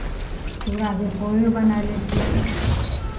चूड़ाके पोहे बनाय लै छियै